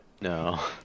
no